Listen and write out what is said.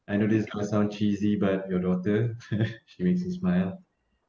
I know this quite sounds cheesy but your daughter she makes me smile